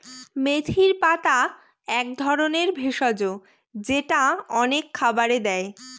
মেথির পাতা এক ধরনের ভেষজ যেটা অনেক খাবারে দেয়